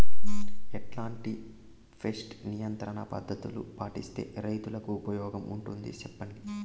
ఎట్లాంటి పెస్ట్ నియంత్రణ పద్ధతులు పాటిస్తే, రైతుకు ఉపయోగంగా ఉంటుంది సెప్పండి?